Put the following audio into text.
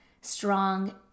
strong